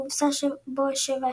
והובסה בו 1 - 7.